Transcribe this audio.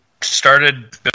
started